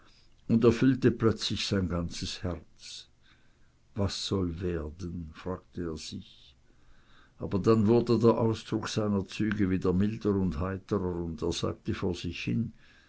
und erfüllte plötzlich sein ganzes herz was soll werden fragte er sich aber dann wurde der ausdruck seiner züge wieder milder und heitrer und er sagte vor sich hin